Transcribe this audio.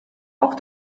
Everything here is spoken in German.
auch